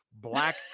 black